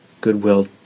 goodwill